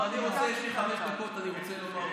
לא, יש לי חמש דקות, אני רוצה לומר אותן.